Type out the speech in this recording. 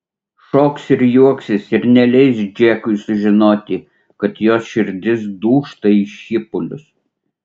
šoks ir juoksis ir neleis džekui sužinoti kad jos širdis dūžta į šipulius